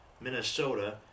Minnesota